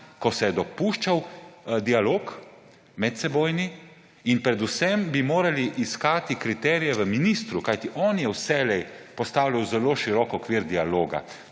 ko se je dopuščal dialog medsebojni in predvsem bi morali iskati kriterije v ministru. Kajti, on je vselej postavljal zelo širok okvir dialoga.